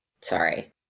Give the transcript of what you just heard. Sorry